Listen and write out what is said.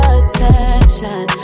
attention